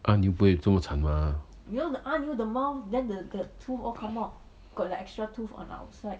阿牛不会这么惨吗